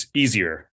easier